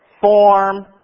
form